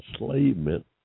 enslavement